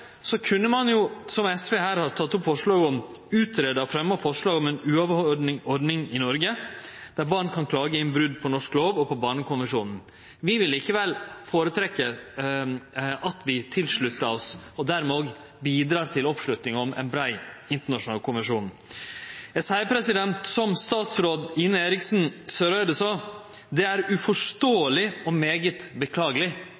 så kunne ein jo – som SV her har tatt opp forslag om – greie ut og fremje forslag om ei uavhengig ordning i Noreg der barn kan klage inn brot på norsk lov og på barnekonvensjonen. Vi vil likevel føretrekkje at vi sluttar oss til – og dermed òg bidreg til oppslutnad om ein brei internasjonal konvensjon. Eg seier som statsråd Ine Eriksen Søreide sa, at det er